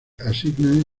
asignan